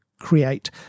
create